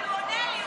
אבל הוא עונה לי,